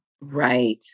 Right